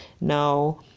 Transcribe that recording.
Now